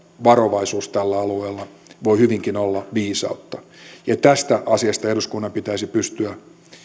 varovaisuus tällä alueella voi hyvinkin olla viisautta ja tästä asiasta eduskunnan pitäisi pystyä